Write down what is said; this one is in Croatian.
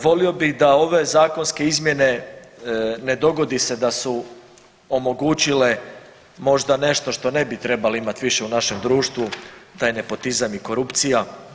Volio bih da ove zakonske izmjene ne dogodi se da su omogućile možda nešto što ne bi trebali imati više u društvu, taj nepotizam i korupcija.